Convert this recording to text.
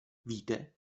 víte